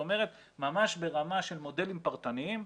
ממש ברמה של מודלים פרטניים,